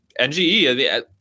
NGE